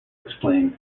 explain